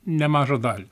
nemažą dalį